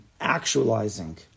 actualizing